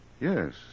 Yes